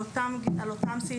על אותם סעיפים.